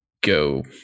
go